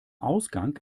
ausgang